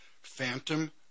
phantom